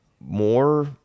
more